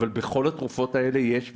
אבל בכל התרופות האלה יש,